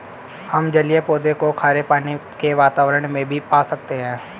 हम जलीय पौधों को खारे पानी के वातावरण में भी पा सकते हैं